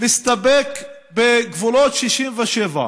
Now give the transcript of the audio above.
מסתפק בגבולות 67'